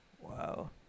Wow